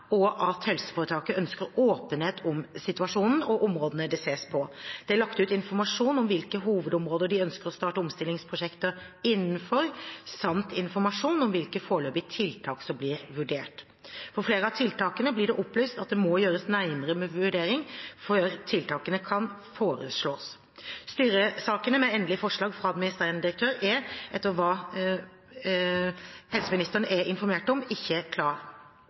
og at helseforetaket ønsker åpenhet om situasjonen og områdene det ses på. Det er lagt ut informasjon om hvilke hovedområder de ønsker å starte omstillingsprosjekter innenfor, samt informasjon om hvilke foreløpige tiltak som blir vurdert. For flere av tiltakene blir det opplyst at det må gjøres nærmere vurderinger før tiltak kan foreslås. Styresaken med endelige forslag fra administrerende direktør er, etter hva helseministeren er informert om, ikke klar.